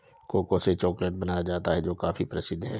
cocoa से chocolate बनाया जाता है जो काफी प्रसिद्ध है